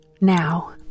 now